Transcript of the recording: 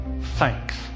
thanks